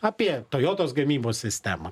apie tojotos gamybos sistemą